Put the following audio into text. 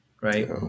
Right